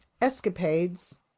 escapades